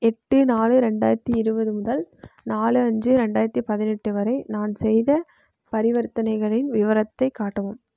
எட்டு நாலு ரெண்டாயிரத்து இருபது முதல் நாலு அஞ்சு ரெண்டாயிரத்து பதினெட்டு வரை நான் செய்த பரிவர்த்தனைகளின் விவரத்தை காட்டவும்